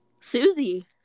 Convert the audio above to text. Susie